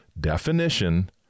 definition